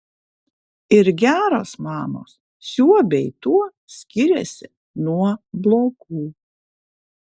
ir geros mamos šiuo bei tuo skiriasi nuo blogų